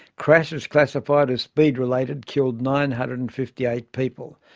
crashes classified as speed-related killed nine hundred and fifty eight people,